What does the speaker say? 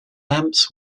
lamps